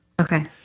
Okay